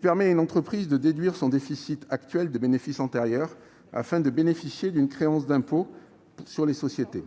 permet à une entreprise de déduire son déficit actuel de bénéfices antérieurs afin de disposer d'une créance d'impôt sur les sociétés.